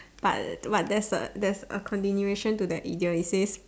but but that's a there's a continuation to that idiom it says